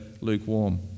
lukewarm